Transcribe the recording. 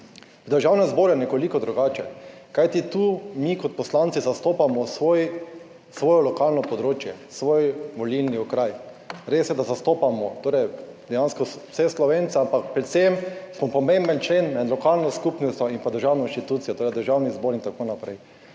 Državnem zboru je nekoliko drugače, kajti tu mi kot poslanci zastopamo svoje lokalno področje, svoj volilni okraj, res je, da zastopamo torej dejansko vse Slovence ampak predvsem smo pomemben člen med lokalno skupnostjo in pa državno inštitucijo, torej Državni zbor in tako naprej,